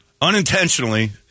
unintentionally